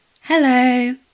Hello